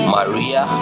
Maria